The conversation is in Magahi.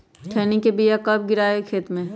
खैनी के बिया कब गिराइये खेत मे?